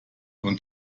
und